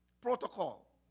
Protocol